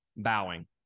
Bowing